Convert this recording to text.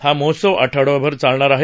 हा महोत्सव आठवडाभर चालणार आहे